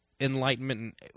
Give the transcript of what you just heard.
enlightenment